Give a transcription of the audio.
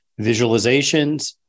visualizations